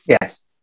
yes